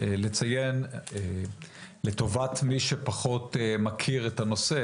לציין לטובת מי שפחות מכיר את הנושא,